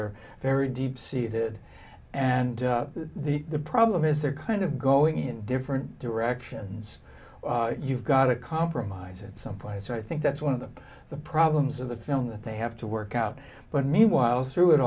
are very deep seated and the problem is they're kind of going in different directions you've got a compromise at some point so i think that's one of the problems of the film that they have to work out but meanwhile